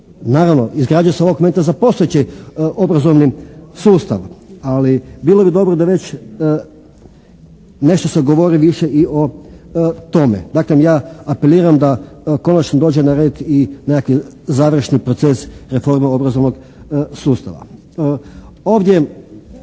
Naravno, izgrađuju se ovog momenta za postojeće obrazovni sustav ali bilo bi dobro da već, nešto se govori više i o tome. Dakle, ja apeliram da konačno dođe na red i nekakvi završni proces reforme obrazovnog sustava. Ovdje